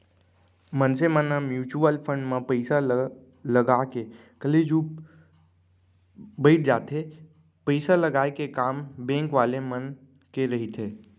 मनसे मन ह म्युचुअल फंड म पइसा ल लगा के कलेचुप बइठ जाथे पइसा लगाय के काम बेंक वाले मन के रहिथे